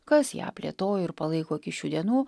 kas ją plėtojo ir palaiko iki šių dienų